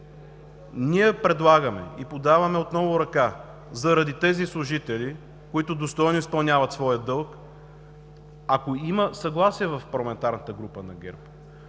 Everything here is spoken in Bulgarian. Ние предлагаме и подаваме отново ръка заради тези служители, които достойно изпълняват своя дълг – ако има съгласие в парламентарната група на ГЕРБ,